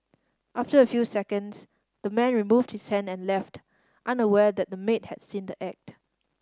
after a few seconds the man removed his hand and left unaware that the maid had seen the act